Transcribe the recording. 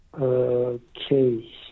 Okay